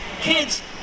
kids